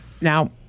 Now